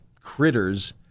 critters